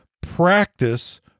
practice